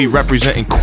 representing